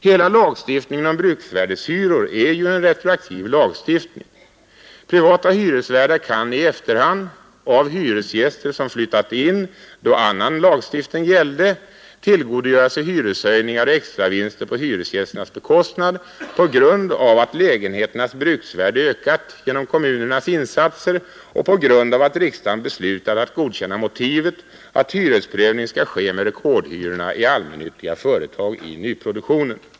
Hela lagstiftningen om bruksvärdeshyror är ju en retroaktiv lagstiftning. Privata hyresvärdar kan i efterhand — av hyresgäster som flyttat in då annan lagstiftning gällde — tillgodogöra sig hyreshöjningar och extravinster på hyresgästernas bekostnad på grund av att lägenheternas bruksvärde ökat genom kommunernas insatser och på grund av att riksdagen beslutat att godkänna motivet att hyresprövningen skall ske med rekordhyrorna i allmännyttiga företag i nyproduktionen.